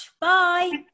Bye